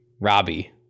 Robbie